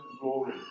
glory